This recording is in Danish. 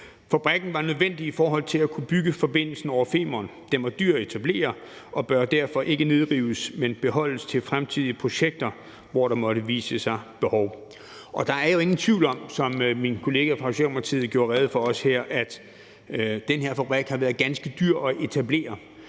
Fabrikken var nødvendig i forhold til at kunne bygge forbindelsen over Femern. Den var dyr at etablere og bør derfor ikke nedrives, men beholdes til fremtidige projekter, hvor der måtte vise sig behov for den. Og der er jo ingen tvivl om, som min kollega fra Socialdemokratiet også gjorde rede for her, at den her fabrik har været ganske dyr at etablere,